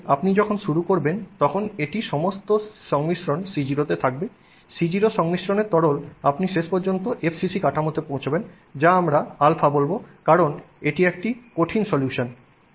তারপরে আপনি যখন শুরু করবেন তখন এটি সমস্ত সংমিশ্রণ C0 তে থাকবে C0 সংমিশ্রনের তরল আপনি শেষ পর্যন্ত FCC কাঠামোতে পৌঁছবেন যা আমরা α বলব কারণ এটি একটি কঠিন সলিউশন